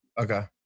Okay